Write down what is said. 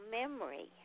memory